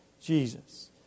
Jesus